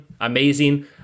amazing